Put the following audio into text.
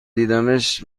دیدمش